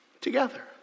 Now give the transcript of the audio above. together